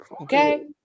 Okay